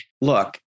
look